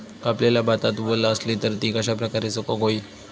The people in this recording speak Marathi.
कापलेल्या भातात वल आसली तर ती कश्या प्रकारे सुकौक होई?